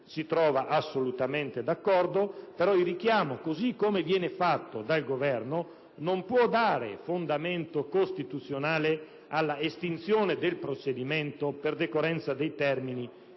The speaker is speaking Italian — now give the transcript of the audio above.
ci trova assolutamente d'accordo, ma così come viene fatto dal Governo non può dare fondamento costituzionale all'estinzione del procedimento per decorrenza dei termini